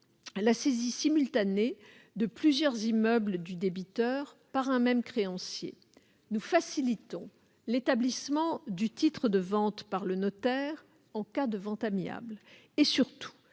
la saisie simultanée de plusieurs immeubles du débiteur par un même créancier et à faciliter l'établissement du titre de vente par le notaire en cas de vente amiable.